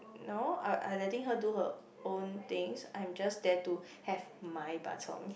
no I I letting her do her own things I am just there to have my bak-chor-mee